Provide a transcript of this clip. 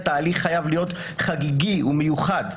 ההליך חייב להיות חגיגי ומיוחד.